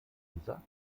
dieser